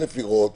א', לראות